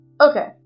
Okay